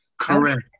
correct